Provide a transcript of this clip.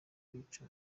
kwica